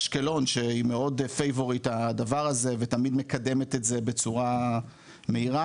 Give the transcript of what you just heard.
אשקלון שהיא מאוד פייבוריט הדבר הזה ותמיד מקדמת את זה בצורה מהירה,